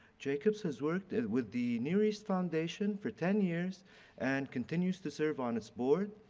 jacobs has worked with the near east foundation for ten years and continues to serve on its board,